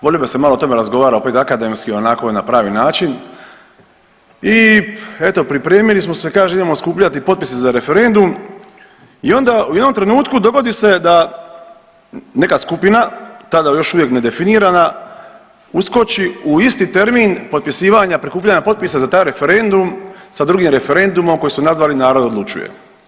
Volio bih da se malo o tome razgovara opet akademski onako na pravi način i eto pripremili smo se, kaže idemo skupljati potpise za referendum i onda u jednom trenutku dogodi se da neka skupina tada još uvijek nedefinirana uskoči u isti termin potpisivanja, prikupljanja potpisa za taj referendum, sa drugim referendumom koji su nazvali „Narod odlučuje“